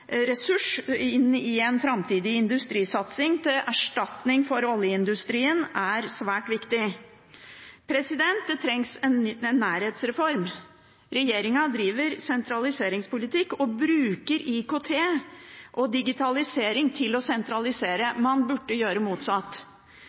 ressurs i en framtidig industrisatsing til erstatning for oljeindustrien er svært viktig. Det trengs en nærhetsreform. Regjeringen driver sentraliseringspolitikk og bruker IKT og digitalisering til å sentralisere.